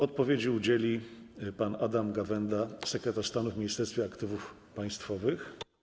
Odpowiedzi udzieli pan Adam Gawęda, sekretarz stanu w Ministerstwie Aktywów Państwowych.